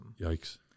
Yikes